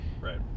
right